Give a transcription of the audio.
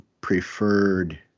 preferred